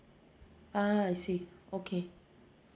ah I see okay